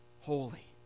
Holy